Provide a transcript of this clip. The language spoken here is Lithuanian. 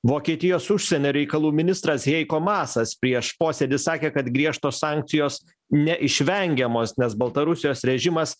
vokietijos užsienio reikalų ministras heiko masas prieš posėdį sakė kad griežtos sankcijos neišvengiamos nes baltarusijos režimas